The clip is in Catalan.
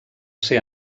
ser